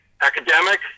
academic